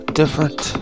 different